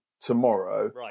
tomorrow